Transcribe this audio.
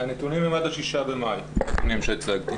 הנתונים הם עד ה-6 במאי, הנתונים שהצגתי.